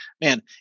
man